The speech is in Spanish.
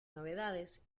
novedades